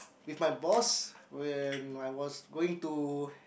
with my boss when I was going to